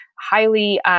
highly